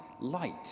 light